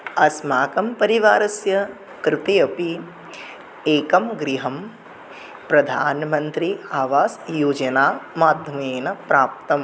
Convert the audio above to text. अस्माकं परिवारस्य कृते अपि एकं गृहं प्रधानमन्त्रि आवासयोजनामाध्यमेन प्राप्तम्